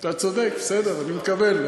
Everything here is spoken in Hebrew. אתה צודק, בסדר, אני מקבל.